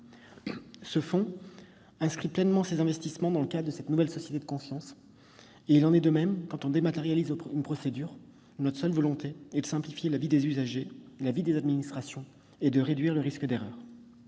Ce fonds inscrit pleinement ses investissements dans le cadre de la nouvelle société de confiance. De même, quand une procédure est dématérialisée, notre seule volonté est de simplifier la vie des usagers, celle des administrations et de réduire le risque d'erreur.